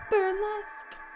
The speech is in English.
Burlesque